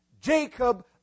Jacob